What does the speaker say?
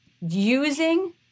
using